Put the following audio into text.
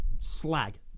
slag